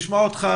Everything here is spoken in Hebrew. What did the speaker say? נשמע אותך,